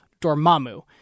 Dormammu